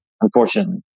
unfortunately